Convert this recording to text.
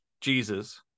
Jesus